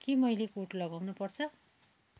के मैले कोट लगाउन पर्छ